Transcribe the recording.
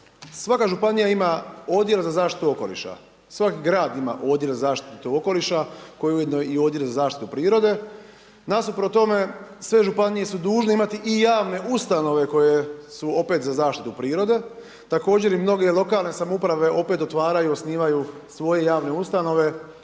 svaka županija ima Odjel za zaštitu okoliša, svaki grad ima Odjel za zaštitu okoliša koji je ujedno i Odjel za zaštitu prirode. Nasuprot tome sve županije su dužne imati i javne ustanove koje su opet za zaštitu prirode. Također i mnoge lokalne samouprave opet otvaraju, osnivaju svoje javne ustanove